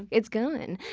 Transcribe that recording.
it's going.